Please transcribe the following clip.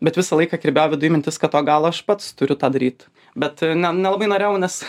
bet visą laiką kirbėjo viduj mintis kad o gal aš pats turiu tą daryt bet ne nelabai norėjau nes